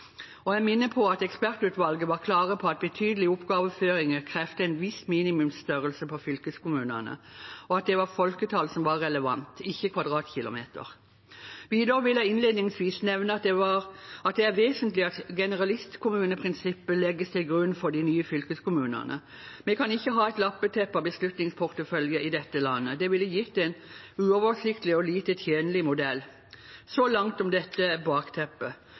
Og jeg minner om at ekspertutvalget var klare på at betydelig oppgaveoverføring krevde en viss minimumsstørrelse på fylkeskommunene, og at det var folketall som var relevant – ikke kvadratkilometer. Videre vil jeg innledningsvis nevne at det er vesentlig at generalistkommuneprinsippet legges til grunn for de nye fylkeskommunene. Vi kan ikke ha et lappeteppe av beslutningsporteføljer i dette landet. Det ville gitt en uoversiktlig og lite tjenlig modell. Så langt om dette bakteppet.